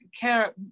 care